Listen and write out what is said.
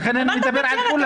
לכן אני מדבר על כולם.